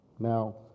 Now